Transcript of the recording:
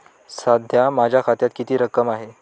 सध्या माझ्या खात्यात किती रक्कम आहे?